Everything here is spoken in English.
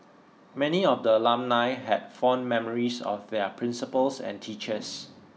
many of the alumnae had fond memories of their principals and teachers